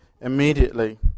immediately